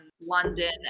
London